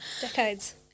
Decades